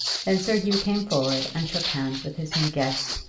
then sir hugh came forward and shook hands with his new guest,